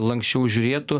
lanksčiau žiūrėtų